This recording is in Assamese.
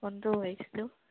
ফোনটো কৰিছিলোঁ